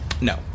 No